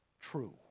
true